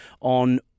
on